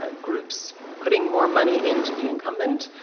ah groups putting more money into the incumbent.